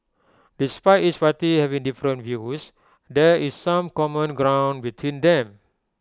despite each party having different views there is some common ground between them